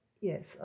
yes